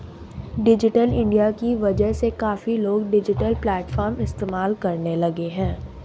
digital India की वजह से काफी लोग डिजिटल प्लेटफ़ॉर्म इस्तेमाल करने लगे हैं